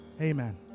Amen